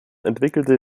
entwickelte